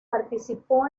participó